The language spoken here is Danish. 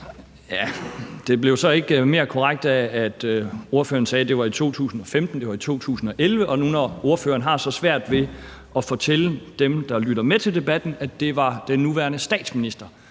Det blev så ikke mere korrekt af, at ordføreren sagde, at det var i 2015. Det var i 2011. Og nu, når ordføreren har så svært ved at fortælle dem, der lytter med på debatten, at det var den nuværende statsminister,